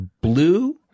blue